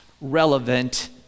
relevant